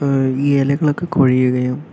ഈ ഇലകളൊക്കെ കൊഴിയുകയും